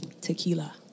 Tequila